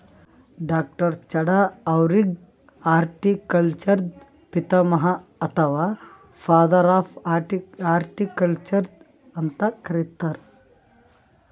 ಡಾ.ಚಢಾ ಅವ್ರಿಗ್ ಹಾರ್ಟಿಕಲ್ಚರ್ದು ಪಿತಾಮಹ ಅಥವಾ ಫಾದರ್ ಆಫ್ ಹಾರ್ಟಿಕಲ್ಚರ್ ಅಂತ್ ಕರಿತಾರ್